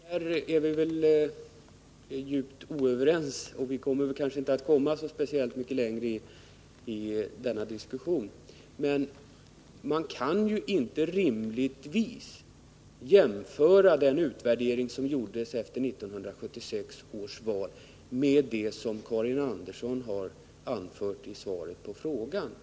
Herr talman! På den punkten är vi djupt oense. Vi kan väl inte komma så mycket längre i den här diskussionen. Man kan rimligtvis inte jämföra den utvärdering som gjordes efter 1976 års val med det som Karin Andersson anförde i svaret på frågan.